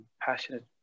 passionate